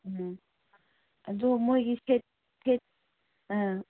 ꯎꯝ ꯑꯗꯨ ꯃꯣꯏꯒꯤꯁꯦ ꯒꯦꯠ ꯑꯥ